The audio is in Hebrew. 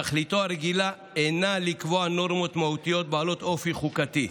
תכליתו הרגילה אינה לקבוע נורמות מהותיות בעלות אופי חוקתי,